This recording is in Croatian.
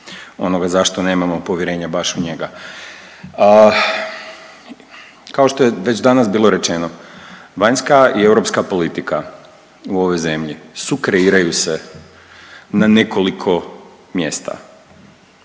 onoga zašto nemamo povjerenja baš u njega. Kao što je već danas bilo rečeno vanjska i europska politika u ovoj zemlji sukreiraju se na nekoliko mjesta.